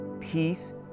peace